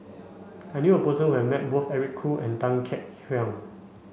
I knew a person who has met both Eric Khoo and Tan Kek Hiang